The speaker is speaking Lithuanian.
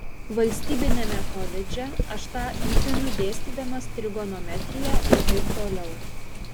valstybiniame koledže aš tą įpinu dėstydamas trigonometriją ir taip toliau